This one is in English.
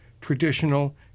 traditional